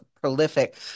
prolific